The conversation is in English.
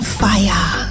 fire